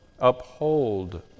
uphold